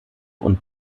und